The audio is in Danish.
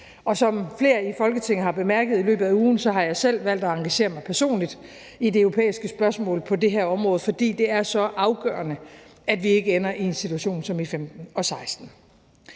Som flere i Folketinget har bemærket i løbet af ugen, har jeg selv valgt at engagere mig personligt i det europæiske spørgsmål på det her område, fordi det er så afgørende, at vi ikke ender i en situation som i 2014 og 2016.